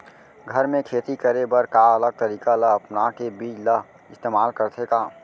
घर मे खेती करे बर का अलग तरीका ला अपना के बीज ला इस्तेमाल करथें का?